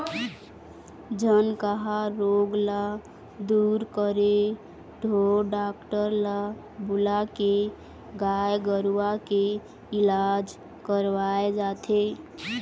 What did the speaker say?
झनकहा रोग ल दूर करे ढोर डॉक्टर ल बुलाके गाय गरुवा के इलाज करवाय जाथे